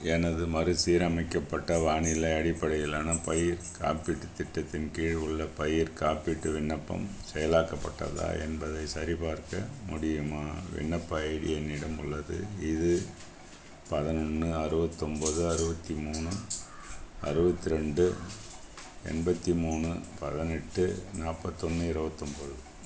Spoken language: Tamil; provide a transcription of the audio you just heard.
எனது மறுசீரமைக்கபட்ட வானிலை அடிப்படையிலான பயிர் காப்பீட்டுத் திட்டத்தின் கீழ் உள்ள பயிர் காப்பீட்டு விண்ணப்பம் செயலாக்கப்பட்டதா என்பதை சரிபார்க்க முடியுமா விண்ணப்ப ஐடி என்னிடம் உள்ளது இது பதினொன்னு அறுபத்து ஒன்போது அறுபத்தி மூணு அறுபத்து ரெண்டு எண்பத்தி மூணு பதினெட்டு நாற்பத்தொன்னு இரபத்து ஒன்போது